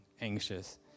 anxious